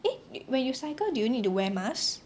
eh ne~ when you cycle do you need to wear mask